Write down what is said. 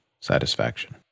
satisfaction